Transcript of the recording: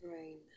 rain